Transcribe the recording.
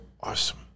awesome